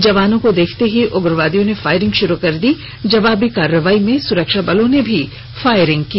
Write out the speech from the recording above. जवानों को देखते ही उग्रवादियों ने फायरिंग शुरू कर दी जवाबी कार्रवाई में सुरक्षाबलों ने भी फायरिंग की